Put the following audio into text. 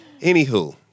Anywho